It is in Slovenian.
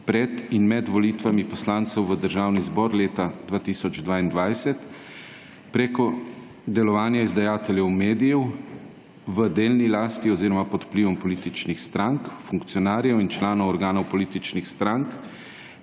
pred in med volitvami poslancev v Državni zbor leta 2022 preko delovanja izdajateljev medijev v delni lasti oziroma pod vplivom političnih strank, funkcionarjev in članov organov političnih strank